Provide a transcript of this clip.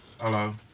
Hello